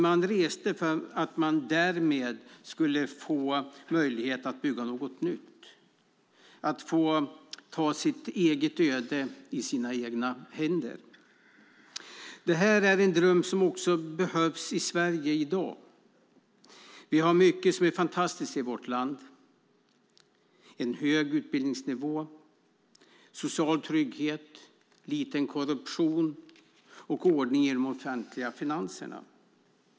De reste för att få möjlighet att bygga något nytt och ta sitt eget öde i sina egna händer. Det här är en dröm som också behövs i Sverige i dag. Vi har mycket som är fantastiskt i vårt land. Vi har en hög utbildningsnivå, social trygghet, låg korruption och ordning i de offentliga finanserna.